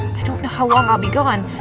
i don't know how long i'll be gone.